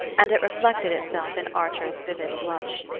and it reflected itself in archer's vivid blush.